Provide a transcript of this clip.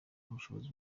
ubushobozi